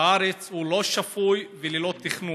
בארץ הוא לא שפוי וללא תכנון,